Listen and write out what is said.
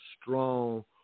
strong